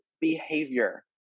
behavior